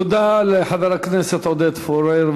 תודה לחבר הכנסת עודד פורר.